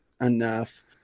enough